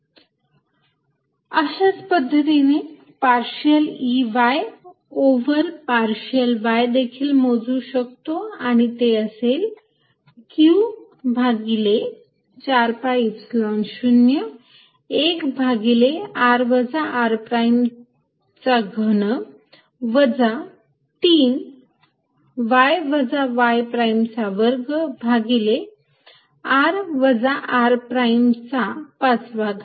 Exxyz∂xq4π01r r3 3x x2r r5 अशाच पद्धतीने मी partial Ey over partial y देखील मोजू शकतो आणि ते असेल q भागिले 4 pi Epsilon 0 1 भागिले r वजा r प्राईमचा घन वजा 3 y वजा y प्राईमचा वर्ग भागिले r वजा r प्राईमचा 5 वा घात